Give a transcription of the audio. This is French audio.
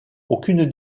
aucune